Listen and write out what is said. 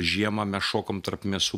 žiemą mes šokom tarp mesų